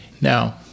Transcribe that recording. Now